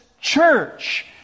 church